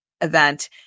Event